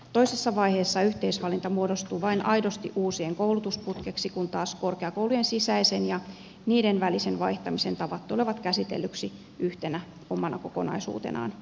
toisessa vaiheessa yhteisvalinta muodostuu vain aidosti uusien koulutusputkeksi kun taas korkeakoulujen sisäisen ja niiden välisen vaihtamisen tavat tulevat käsitellyksi yhtenä omana kokonaisuutenaan